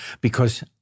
because-